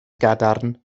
gadarn